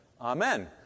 amen